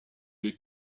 les